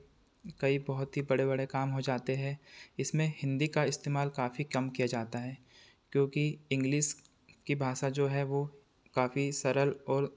कई बहुत ही बड़े बड़े काम हो जाते हैं इसमें हिंदी का इस्तेमाल काफ़ी कम किया जाता है क्योंकि इंग्लिस की भाषा जो है वह काफ़ी सरल और